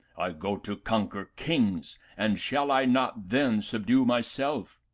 i go to conquer kings and shall i not then subdue my self?